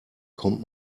kommt